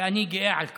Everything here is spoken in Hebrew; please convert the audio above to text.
ואני גאה על כך.